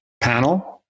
panel